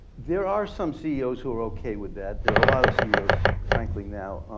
there are some ceos who are okay with that. there are a lot of ceos frankly now,